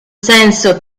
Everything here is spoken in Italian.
senso